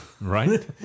Right